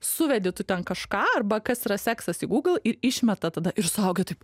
suvedi tu ten kažką arba kas yra seksas į google ir išmeta tada ir suaugę taip